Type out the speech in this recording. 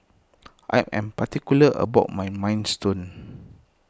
I am particular about my Minestrone